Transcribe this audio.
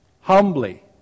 Humbly